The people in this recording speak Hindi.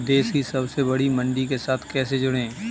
देश की सबसे बड़ी मंडी के साथ कैसे जुड़ें?